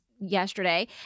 yesterday